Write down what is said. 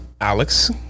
Alex